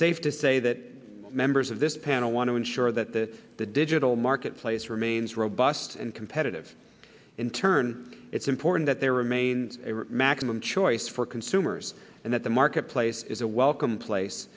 safe to say that members of this panel want to ensure that the the digital marketplace remains robust and competitive in turn it's important that there remains a maximum choice for consumers and that the marketplace is a welcome